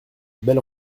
belle